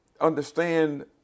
understand